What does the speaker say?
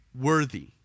worthy